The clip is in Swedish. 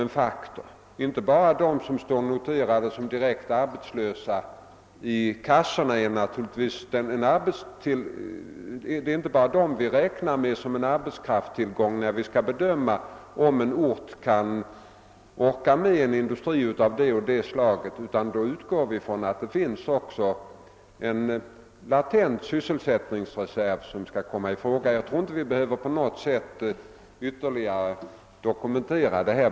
Vi räknar inte bara med dem som står direkt noterade som arbetslösa i arbetslöshetskassorna såsom en arbetskraftstillgång när vi skall bedöma om en ort kan orka med en industri av en viss typ, utan vi utgår även från att det finns en latent sysselsättningsreserv. Detta väl kända förhållande behöver inte ytterligare dokumenteras.